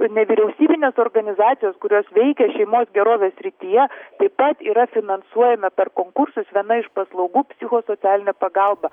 nevyriausybinės organizacijos kurios veikia šeimos gerovės srityje taip pat yra finansuojame per konkursus viena iš paslaugų psichosocialinė pagalba